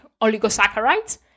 oligosaccharides